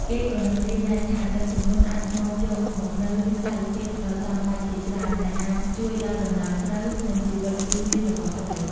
គេក៏នឹងរៀនដែរថា ទឹកជំនន់អាចនាំយកមកនូវសារជាតិដ៏ចំបាច់ជាច្រើនដែលអាចជួយដល់ដំណាំស្រូវ និង ជីវិតរស់រានរបស់ត្រី។